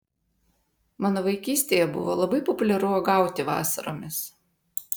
mano vaikystėje buvo labai populiaru uogauti vasaromis